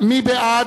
מי בעד?